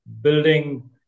building